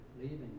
leaving